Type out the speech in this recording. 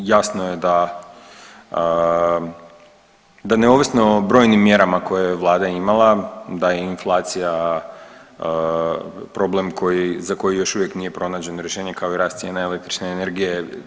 Jasno je da neovisno o brojnim mjerama koje je Vlada imala, da je inflacija problem za koji još uvijek nije pronađeno rješenje kao i rast cijena električne energije.